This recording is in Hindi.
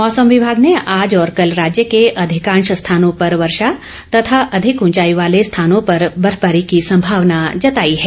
मौसम विमाग ने आज और कल राज्य के अधिकांश स्थानों पर वर्षा तथा अधिक ऊंचाई वाले स्थानों पर बर्फबारी की संभावना जताई है